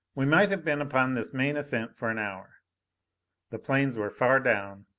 we might have been upon this main ascent for an hour the plains were far down,